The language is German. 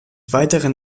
weiteren